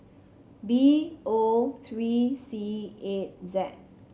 B O three C eight Z